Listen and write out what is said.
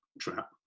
trap